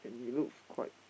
and he looks quite